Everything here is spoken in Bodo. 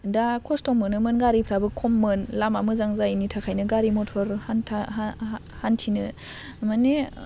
दा खस्थ' मोनोमोन गारिफ्राबो खममोन लामा मोजां जायिनि थाखायनो गारि मटर हान्था हा हा हान्थिनो मानि